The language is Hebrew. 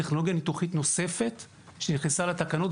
טכנולוגיה ניתוחית נוספת שנכנסה לתקנות,